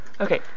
Okay